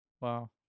Wow